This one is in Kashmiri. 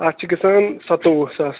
اَتھ چھِ گژھان سَتووُہ ساس